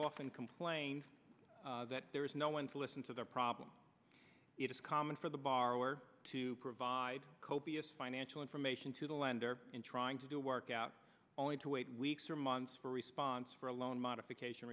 often complained that there is no one to listen to their problem it is common for the borrower to provide copious financial information to the lender in trying to do work out only to wait weeks or months for response for a loan modification